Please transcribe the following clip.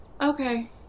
Okay